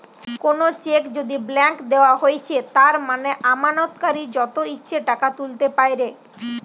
কোনো চেক যদি ব্ল্যাংক দেওয়া হৈছে তার মানে আমানতকারী যত ইচ্ছে টাকা তুলতে পাইরে